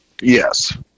yes